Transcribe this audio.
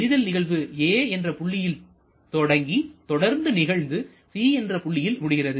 எரிதல் நிகழ்வு a என்ற புள்ளியில் தொடங்கி தொடர்ந்து நிகழ்ந்து c என்ற புள்ளியில் முடிகிறது